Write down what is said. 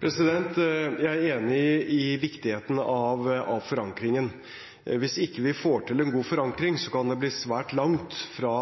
Jeg er enig i viktigheten av forankringen. Hvis vi ikke får til en god forankring, kan det bli svært langt fra